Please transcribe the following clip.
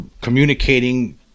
communicating